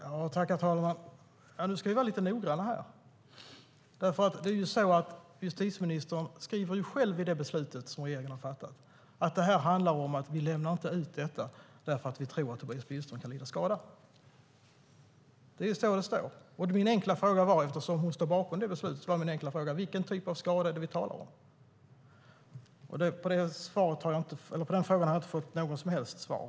Herr talman! Nu ska vi vara lite noggranna. Justitieministern skriver själv i regeringens beslut att informationen inte ska lämnas ut. Regeringen lämnar inte ut den därför att man tror att Tobias Billström kan lida skada. Eftersom justitieministern står bakom beslutet handlar min enkla fråga om vilken typ av skada vi talar om. På den frågan har jag inte fått något som helst svar.